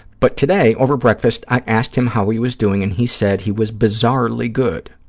but today, over breakfast, i asked him how he was doing, and he said he was bizarrely good.